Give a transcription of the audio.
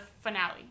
finale